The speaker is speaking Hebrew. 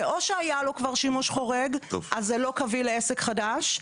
זה או שהיה לו כבר שימוש חורג אז זה לא קביל לעסק חדש,